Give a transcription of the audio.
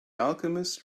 alchemist